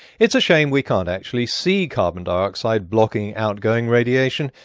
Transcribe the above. it's a shame we can't actually see carbon dioxide blocking outgoing radiation,